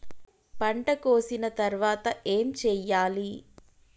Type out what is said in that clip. పంట కోసిన తర్వాత ఏం చెయ్యాలి?